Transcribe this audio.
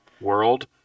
world